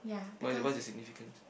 why what's it's significance